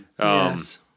Yes